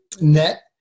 net